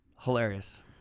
Hilarious